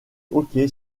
hockey